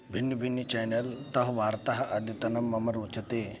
भिन्नं भिन्नं चेनेल्तः वार्ताः अद्यतनं मम रोचते